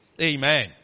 Amen